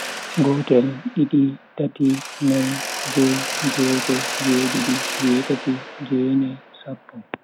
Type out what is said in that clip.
Gotel, didi, tati, nai, jui, jue-go, jue-tati ,jue-nai, sappo.